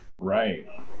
Right